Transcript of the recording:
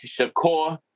Shakur